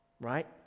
right